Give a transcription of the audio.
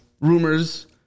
rumors